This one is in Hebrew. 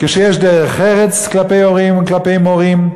כשיש דרך ארץ כלפי הורים וכלפי מורים,